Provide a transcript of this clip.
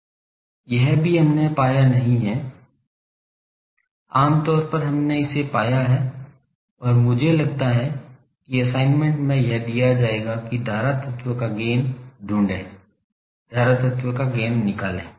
यह भी कि हमने पाया नहीं है आम तौर पर हमने इसे पाया है और मुझे लगता है कि असाइनमेंट में यह दिया जाएगा कि धारा तत्व का गैन ढूंढें धारा तत्व का गैन निकालें